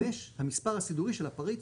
המספר הסידורי של הפריט,